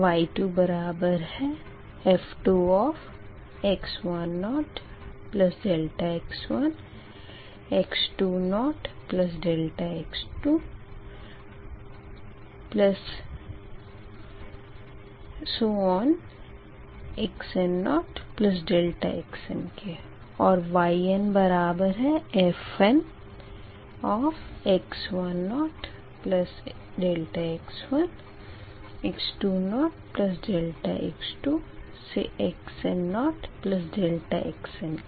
y2 बराबर है f2x10∆x1 x20∆x2up to xn0∆xn के और yn बराबर है fnx10∆x1 x20∆x2 xn0∆xn के